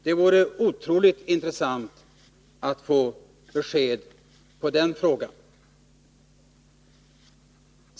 Det vore otroligt intressant att få besked i den frågan.